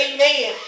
Amen